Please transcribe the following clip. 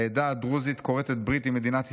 העדה הדרוזית כורתת ברית עם מדינת ישראל,